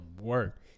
work